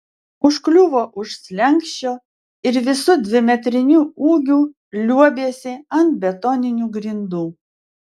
užkliuvo už slenksčio ir visu dvimetriniu ūgiu liuobėsi ant betoninių grindų